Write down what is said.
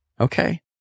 okay